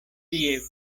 tie